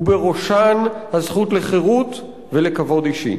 ובראשן הזכות לחירות ולכבוד אישי.